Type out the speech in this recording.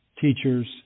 teachers